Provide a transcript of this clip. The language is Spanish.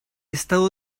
estado